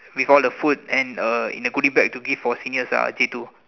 with all the food and uh in the goody bag to give for seniors ah J two